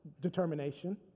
determination